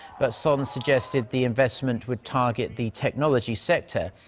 but son suggested the investment would target the technology sector.